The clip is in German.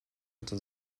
hatte